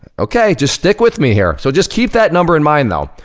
okay, just stick with me here. so just keep that number in mind, though.